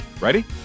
Ready